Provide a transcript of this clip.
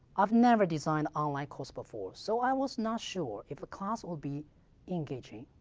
i've never designed online course before. so i was not sure if the class will be engaging.